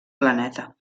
planeta